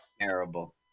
terrible